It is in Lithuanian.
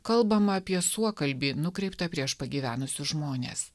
kalbama apie suokalbį nukreiptą prieš pagyvenusius žmones